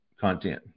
content